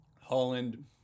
Holland